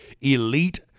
elite